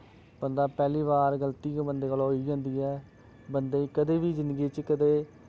बंदा पैह्ली बार गलती बंदे कोला होई गै जंदी ऐ बंदे गी कदें बी जिन्दगी च कदें